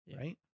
right